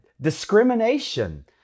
discrimination